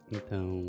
Então